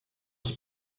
was